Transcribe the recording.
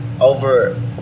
over